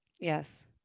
Yes